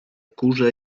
kurze